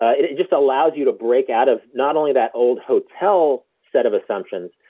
it just allows you to break out of not only that old hotel set of assumptions,